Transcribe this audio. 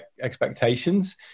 expectations